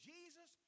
Jesus